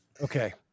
Okay